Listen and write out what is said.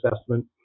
assessment